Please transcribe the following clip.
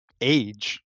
age